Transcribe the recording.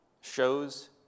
shows